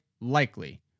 likely